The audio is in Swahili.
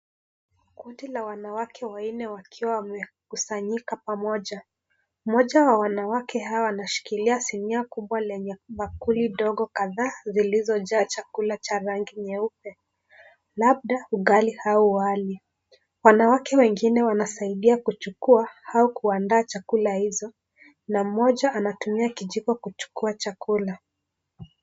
Kundi la wanawake wanne wakiwa wamekusanyika pamoja ,mmoja wa wanawake hao anashikilia sinia kubwa lenye kadhaa zilizojaa chakula cha rangi nyeupe labda ugali au wali. Wanawake wengine wanasaidia kuchukua au kuandaa chakula hizo na mmoja anatumia kijiko kuchukua chakula.